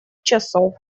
часов